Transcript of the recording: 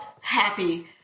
happy